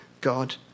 God